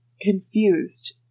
confused